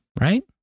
right